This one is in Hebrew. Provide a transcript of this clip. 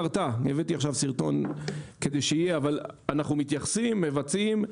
אבל אנחנו מתייחסים ומבצעים.